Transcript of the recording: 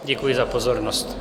Děkuji za pozornost.